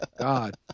God